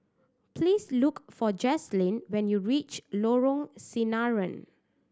please look for Jazlynn when you reach Lorong Sinaran